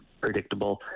predictable